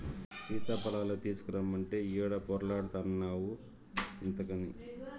సీతాఫలాలు తీసకరమ్మంటే ఈడ పొర్లాడతాన్డావు ఇంతగని